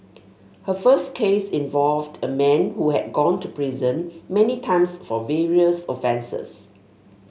her first case involved a man who had gone to prison many times for various offences